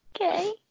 Okay